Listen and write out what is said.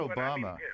Obama